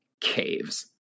caves